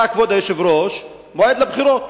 כבוד היושב-ראש, עכשיו נקבע מועד לבחירות,